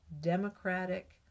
democratic